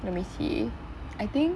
let me see I think